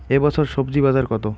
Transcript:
এ বছর স্বজি বাজার কত?